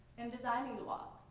in designing the walk,